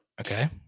Okay